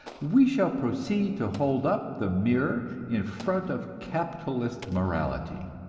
we shall proceed to hold up the mirror in front of capitalist morality.